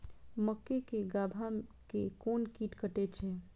मक्के के गाभा के कोन कीट कटे छे?